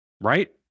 Right